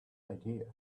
idea